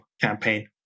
campaign